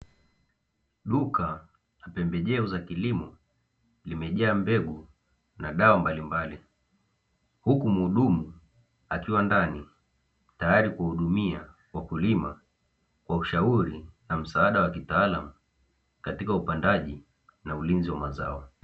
Duka la pembejeo za kilimo zimejaa mbegu na dawa mbalimbali. Huku mhudumu akiwa ndani tayari kuhudumia wakulima kwa ushauri na msaada wa kitaalamu katika upandaji na ulinzi wa mazao.